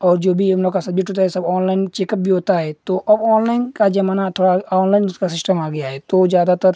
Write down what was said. और जो भी हम लोग का सब्जेक्ट होता है ये सब ऑनलाइन चेकअप भी होता है तो ऑनलाइन का जमाना थोड़ा ऑनलाइन उसका सिस्टम आ गया है तो ज़्यादातर